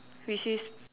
which says